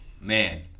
Man